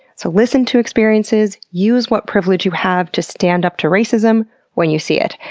so listen to experiences. use what privilege you have to stand up to racism when you see it.